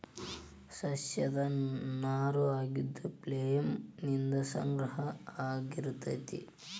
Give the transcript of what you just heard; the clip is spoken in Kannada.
ಸಸ್ಯದ ನಾರು ಆಗಿದ್ದು ಪ್ಲೋಯಮ್ ನಿಂದ ಸಂಗ್ರಹ ಆಗಿರತತಿ